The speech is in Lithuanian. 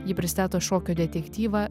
ji pristato šokio detektyvą